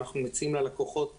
אנחנו מציעים ללקוחות